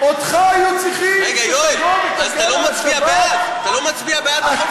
אותך היו צריכים שתבוא ותגן על השבת?